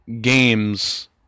games